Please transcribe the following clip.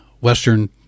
Western